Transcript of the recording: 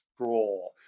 straw